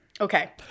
okay